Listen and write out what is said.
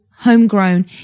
homegrown